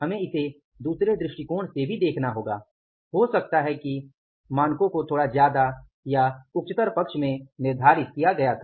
हमें इसे दूसरे दृष्टिकोण से भी देखना होगा हो सकता है कि मानकों को थोडा ज्यादा या उच्चतर पक्ष में निर्धारित किया गया था